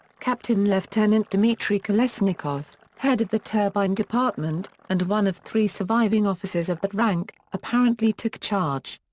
captain-lieutenant dmitri kolesnikov, head of the turbine department, and one of three surviving officers of that rank, apparently took charge.